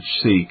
seek